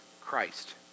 Christ